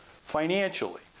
financially